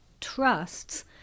trusts